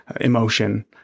emotion